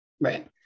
Right